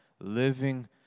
living